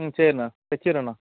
ம் சரிண்ணா வெச்சுட்றேண்ணா